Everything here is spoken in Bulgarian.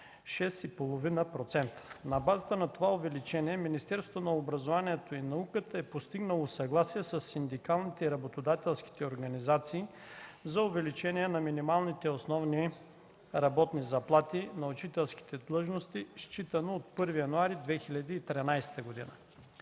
6,5%. На базата на това увеличение Министерството на образованието и науката е постигнало съгласие със синдикалните и работодателските организации за увеличение на минималните основни работни заплати на учителските длъжности, считано от 1 януари 2013 г.